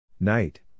Night